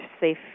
safe